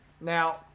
Now